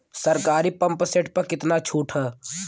सरकारी pump set प कितना छूट हैं?